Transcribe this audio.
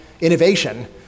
innovation